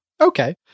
Okay